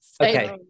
Okay